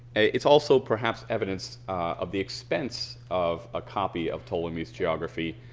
it's also perhaps evidence of the expense of a copy of ptolemy's geography